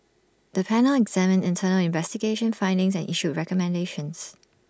the panel examined internal investigation findings and issued recommendations